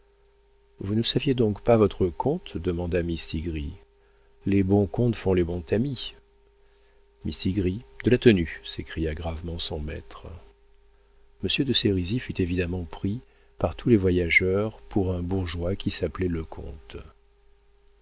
vous ne saviez donc pas votre compte demanda mistigris les bons comtes font les bons tamis mistigris de la tenue s'écria gravement son maître monsieur de sérisy fut évidemment pris par tous les voyageurs pour un bourgeois qui s'appelait lecomte ne dérangez personne dit le comte